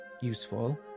useful